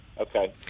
Okay